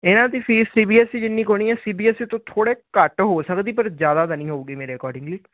ਇਹਨਾਂ ਦੀ fees C B S E ਜਿੰਨੀ ਹੋਣੀ ਹੈ ਸੀ ਬੀ ਐਸ ਈ ਤੋਂ ਥੋੜੇ ਘੱਟ ਹੋ ਸਕਦੀ ਪਰ ਜਿਆਦਾ ਤਾਂ ਨਹੀਂ ਹੋਊਗੀ ਮੇਰੇ ਅਕੋਡਿੰਗਲੀ